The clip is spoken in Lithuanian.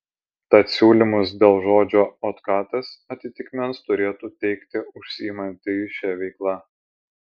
tad siūlymus dėl žodžio otkatas atitikmens turėtų teikti užsiimantieji šia veikla